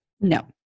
No